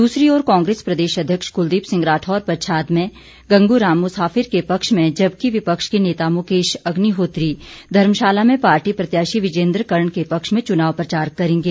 दूसरी ओर कांग्रेस प्रदेश अध्यक्ष क्लदीप सिंह राठौर पच्छाद में गंगू राम मुसाफिर के पक्ष में जबकि विपक्ष के नेता मुकेश अग्निहोत्री धर्मशाला में पार्टी प्रत्याशी विजेन्द्र करण के पक्ष में चुनाव प्रचार करेंगे